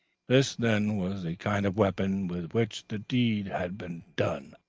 this, then, was the kind of weapon with which the deed had been done.